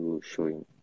showing